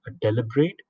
deliberate